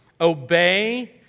obey